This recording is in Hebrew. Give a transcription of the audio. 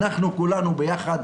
אנחנו כולנו ביחד,